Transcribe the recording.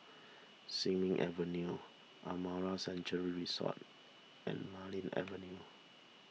Sin Ming Avenue Amara Sanctuary Resort and Marlene Avenue